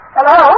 Hello